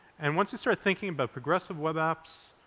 and once you start thinking about progressive web apps,